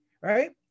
right